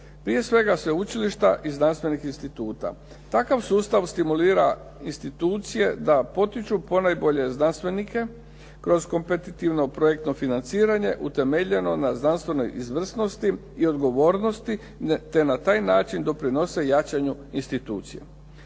prije svega sveučilišta i znanstvenih instituta. Takav sustav stimulira institucije da potiču ponajbolje znanstvenike kroz kompetitivno projektno financiranje utemeljeno na znanstvenoj izvrsnosti i odgovornosti te na taj način doprinose jačanju institucije.